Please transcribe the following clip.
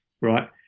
right